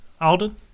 Alden